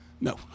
No